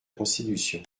constitution